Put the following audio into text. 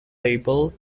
label